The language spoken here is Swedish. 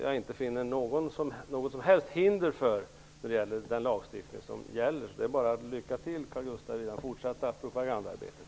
Jag finner inte något som helst hinder för det i den lagstiftning som gäller -- det är bara att önska Karl Gustaf Sjödin lycka till i det fortsatta propagandaarbetet.